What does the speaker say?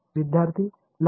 विद्यार्थी लहान